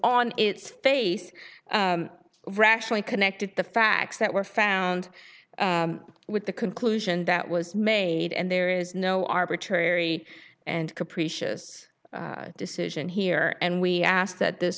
on its face rationally connected the facts that were found with the conclusion that was made and there is no arbitrary and capricious decision here and we ask that this